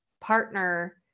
partner